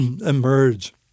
emerge